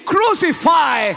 Crucify